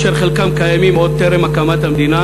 אשר חלקם היו קיימים עוד טרם הקמת המדינה,